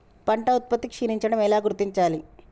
పంట ఉత్పత్తి క్షీణించడం ఎలా గుర్తించాలి?